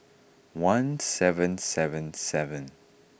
one seven seven seven